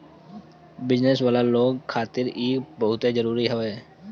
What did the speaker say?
business वाला लोग खातिर इ बहुते जरुरी हवे